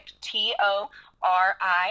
T-O-R-I